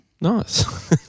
Nice